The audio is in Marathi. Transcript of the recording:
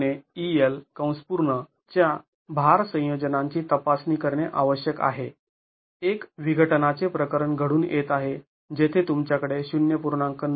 ५DL±EL च्या भार संयोजनांची तपासणी करणे आवश्यक आहे एक विघटनाचे प्रकरण घडून येत आहे जेथे तुमच्याकडे ०